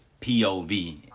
POV